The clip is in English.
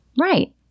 Right